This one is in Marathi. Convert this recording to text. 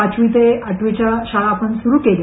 पाचवी ते आठवीच्या शाळा सुरू केल्या